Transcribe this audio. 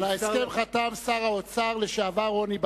על ההסכם חתם שר האוצר לשעבר רוני בר-און.